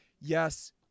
yes